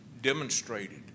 demonstrated